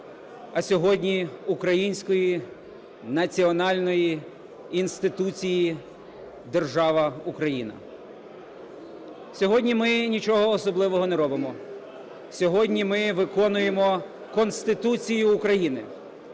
а сьогодні української національної інституції держава Україна. Сьогодні ми нічого особливого не робимо, сьогодні ми виконуємо Конституцію України,